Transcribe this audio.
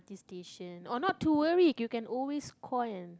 T station or not to worry you can always call an